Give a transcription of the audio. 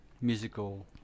musical